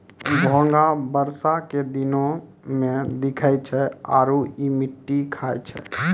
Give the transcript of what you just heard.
घोंघा बरसा के दिनोॅ में दिखै छै आरो इ मिट्टी खाय छै